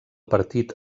partit